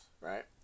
right